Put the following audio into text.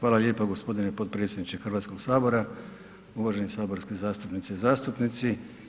Hvala lijepo gospodine potpredsjedniče Hrvatskog sabora, uvaženi saborski zastupnice i zastupnici.